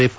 F